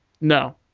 No